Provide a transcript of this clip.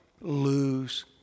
lose